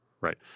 Right